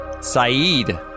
Saeed